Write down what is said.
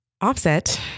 Offset